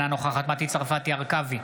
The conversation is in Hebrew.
אינה נוכחת מטי צרפתי הרכבי,